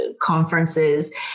conferences